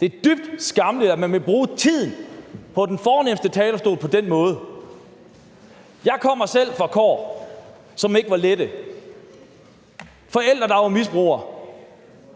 Det er dybt skammeligt, at man vil bruge tiden på den fornemste talerstol på den måde. Jeg kommer selv fra kår, som ikke var lette, forældre, der var misbrugere,